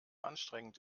anstrengend